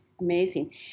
amazing